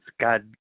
God